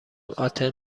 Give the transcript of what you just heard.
آتن